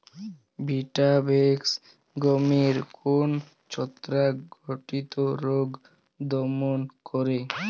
Vitavax গমের কোন ছত্রাক ঘটিত রোগ দমন করে?